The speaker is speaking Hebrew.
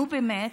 נו, באמת.